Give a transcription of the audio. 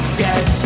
get